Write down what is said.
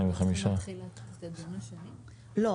אנחנו מחדשים את הדיון בסעיף הראשון של הדיון הקודם: